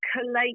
collate